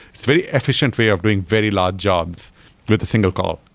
it's very efficient way of doing very large jobs with a single call.